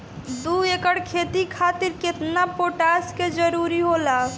दु एकड़ खेती खातिर केतना पोटाश के जरूरी होला?